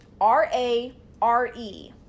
R-A-R-E